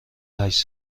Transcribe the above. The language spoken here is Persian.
هشت